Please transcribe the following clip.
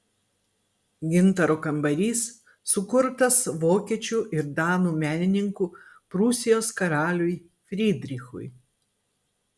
gintaro kambarys sukurtas vokiečių ir danų menininkų prūsijos karaliui frydrichui